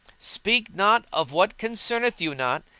speak not of what concerneth you not,